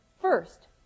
First